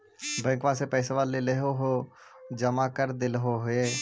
बैंकवा से पैसवा लेलहो है जमा कर देलहो हे?